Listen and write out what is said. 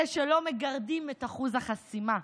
אלה שלא מגרדים את אחוז החסימה.